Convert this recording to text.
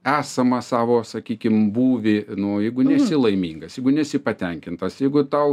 esamą savo sakykim būvį nu jeigu nesi laimingas jeigu nesi patenkintas jeigu tau